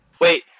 Wait